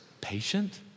patient